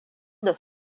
dans